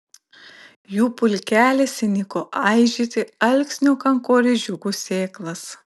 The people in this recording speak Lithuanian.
jų pulkelis įniko aižyti alksnio kankorėžiukų sėklas